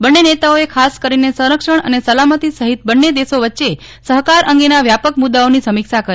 બંને નેતા ઓ એ ખાસ કરીને સંરક્ષણ અને સલામતી સહિત બંને દેશો વચ્ચે સહકાર અંગેના વ્યાપક મુદ્દાઓની સમીક્ષા કરી